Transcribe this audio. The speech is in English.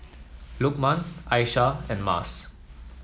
Lukman Aishah and Mas